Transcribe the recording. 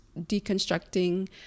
deconstructing